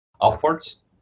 upwards